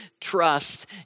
Trust